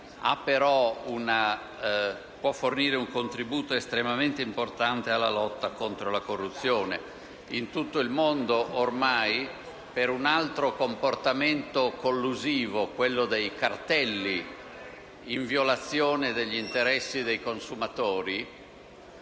può fornire un contributo estremamente importante alla lotta contro la corruzione. In tutto il mondo, ormai, per un altro comportamento collusivo, quello dei cartelli in violazione degli interessi dei consumatori,